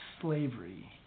slavery